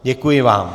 Děkuji vám.